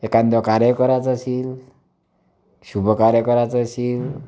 एखादं कार्य करायचं असेल शुभकार्य करायचं असेल